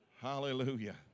Hallelujah